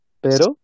pero